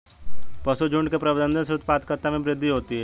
पशुझुण्ड के प्रबंधन से उत्पादकता में वृद्धि होती है